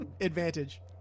Advantage